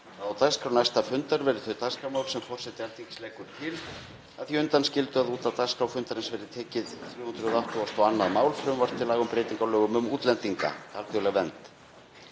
á dagskrá næsta fundar verði þau dagskrármál sem forseti Alþingis leggur til, að því undanskildu að út af dagskrá fundarins verði tekið 382. mál, frumvarp til laga um breytingu á lögum um útlendinga (alþjóðleg vernd).“